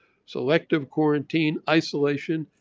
selective quarantine, isolation.